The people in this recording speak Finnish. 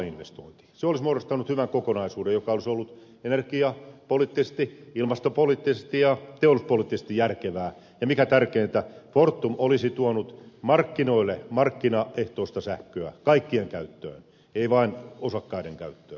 se olisi muodostanut hyvän kokonaisuuden joka olisi ollut energiapoliittisesti ilmastopoliittisesti ja teollisuuspoliittisesti järkevä ja mikä tärkeintä fortum olisi tuonut markkinoille markkinaehtoista sähköä kaikkien käyttöön ei vain osakkaiden käyttöön